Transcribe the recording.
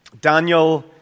Daniel